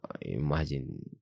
imagine